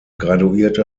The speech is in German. graduierte